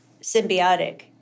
symbiotic